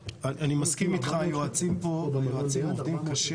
מסכים איתך, היועצים עובדים קשה.